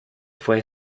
fue